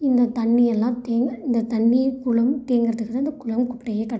இந்தத் தண்ணி எல்லாம் தீந்து இந்தத் தண்ணி குளம் தேங்குறத்துக்கு தான் இந்த குளம் குட்டையே கட்டுறாங்க